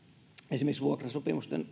esimerkiksi vuokrasopimusten